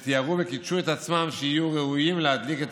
הם טיהרו וקידשו את עצמם כדי שיהיו ראויים להדליק את